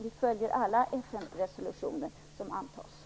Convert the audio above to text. Vi följer alla FN-resolutioner som antas.